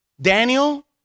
Daniel